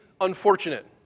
unfortunate